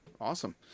Awesome